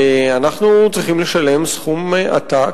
אנחנו צריכים לשלם סכום עתק,